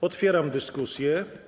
Otwieram dyskusję.